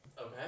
Okay